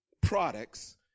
products